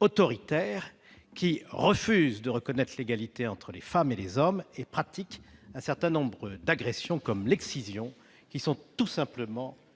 autoritaires qui refusent de reconnaître l'égalité entre les femmes et les hommes et où sont pratiquées un certain nombre d'agressions, comme l'excision, qui sont tout simplement inacceptables.